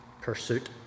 pursuit